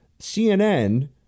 CNN